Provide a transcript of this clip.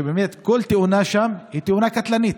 שבאמת כל תאונה שם היא תאונה קטלנית,